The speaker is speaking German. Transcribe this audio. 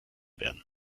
werden